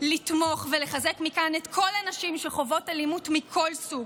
לתמוך ולחזק מכאן את כל הנשים שחוות אלימות מכל סוג,